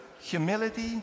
humility